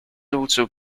also